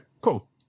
cool